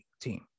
team